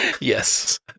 Yes